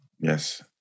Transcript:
Yes